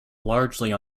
largely